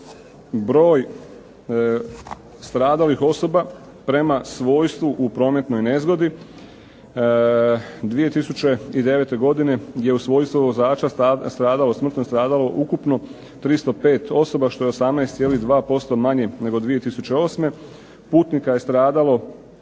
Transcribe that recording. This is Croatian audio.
broj stradalih osoba prema svojstvu u prometnoj nezgodi 2009. godine je u svojstvu vozača smrtno stradalo ukupno 305 osoba što je 18,2% manje nego 2008. Putnika